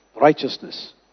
righteousness